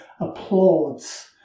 applauds